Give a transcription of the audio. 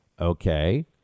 Okay